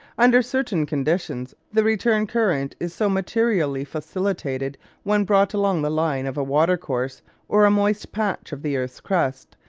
under certain conditions the return current is so materially facilitated when brought along the line of a watercourse or a moist patch of the earth's crust,